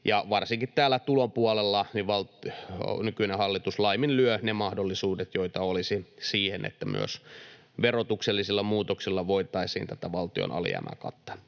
Varsinkin täällä tulopuolella nykyinen hallitus laiminlyö ne mahdollisuudet, joita olisi siihen, että myös verotuksellisilla muutoksilla voitaisiin tätä valtion alijäämää kattaa.